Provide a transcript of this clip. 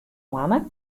moanne